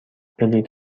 بلیط